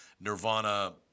Nirvana